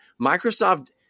microsoft